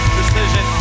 decision